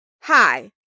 Hi